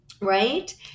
right